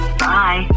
bye